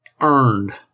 Earned